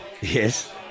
Yes